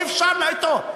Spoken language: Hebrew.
אי-אפשר אתו.